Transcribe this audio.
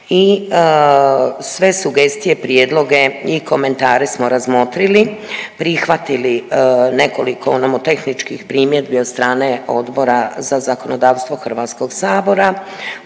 i sve sugestije, prijedloge i komentare smo razmotrili, prihvatili nekoliko nomotehničkih primjedbi od strane Odbora za zakonodavstvo Hrvatskog sabora